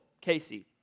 Casey